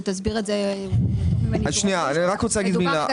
ותסביר את זה טוב ממני דרורית --- אני רק רוצה להגיד מילה.